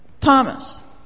Thomas